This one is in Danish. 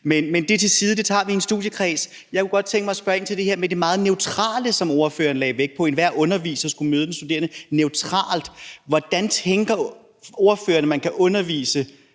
Men det til side – det tager vi i en studiekreds. Jeg kunne godt tænke mig at spørge ind til det her med det meget neutrale, som ordføreren lagde vægt på, altså at enhver underviser skulle møde den studerende neutralt. Hvordan tænker ordføreren man kan undervise